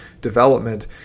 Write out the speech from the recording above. development